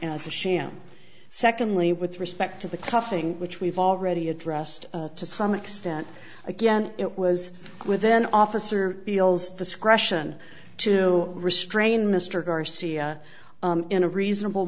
as a sham secondly with respect to the coughing which we've already addressed to some extent again it was with an officer feels discretion to restrain mr garcia in a reasonable